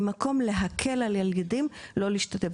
ממקום של להקל על הילדים לא להשתתף.